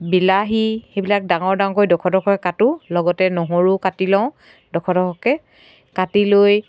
বিলাহী সেইবিলাক ডাঙৰ ডাঙৰ ডখৰ ডখৰকৈ কাটো লগতে নহৰু কাটি লওঁ ডখৰ ডখৰকৈ কাটি লৈ